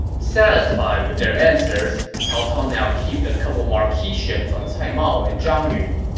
satisfied with their answers, cao cao now heaped a couple marquiships on cai mao and zhang yun.